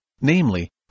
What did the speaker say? namely